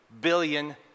billion